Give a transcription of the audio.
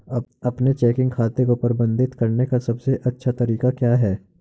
अपने चेकिंग खाते को प्रबंधित करने का सबसे अच्छा तरीका क्या है?